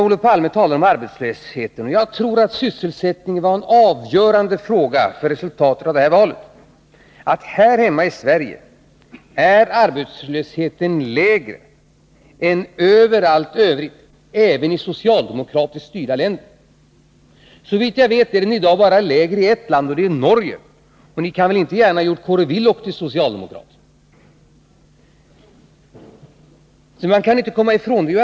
Olof Palme talar också om arbetslösheten. Jag tror att frågan om sysselsättningen var avgörande för resultatet av valet. Här hemma i Sverige är arbetslösheten med något undantag lägre än i något annat land inkl. socialdemokratiskt styrda länder. Såvitt jag vet är den i dag lägre bara i ett land, och det är Norge. Ni kan väl inte gärna ha gjort Kåre Willoch till socialdemokrat. Man kan inte komma ifrån detta.